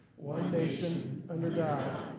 one nation, under god,